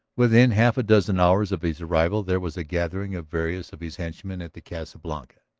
within half a dozen hours of his arrival there was a gathering of various of his henchmen at the casa blanca.